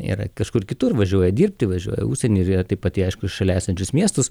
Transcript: ir kažkur kitur važiuoja dirbti važiuoja į užsienį ir jie taip pat aišku į šalia esančius miestus